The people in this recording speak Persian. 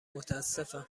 متاسفم